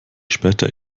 später